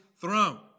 throne